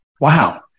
wow